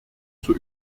zur